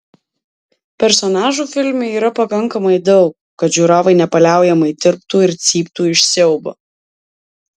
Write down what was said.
personažų filme yra pakankamai daug kad žiūrovai nepaliaujamai tirptų ir cyptų iš siaubo